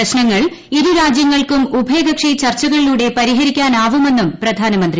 പ്രശ്നങ്ങൾ ഇരു രാജൃങ്ങൾക്കും ഉഭയകക്ഷി ചർച്ചകളിലൂടെ പരിഹരിക്കാനാവുമെന്നും പ്രധാനമന്ത്രി